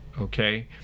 okay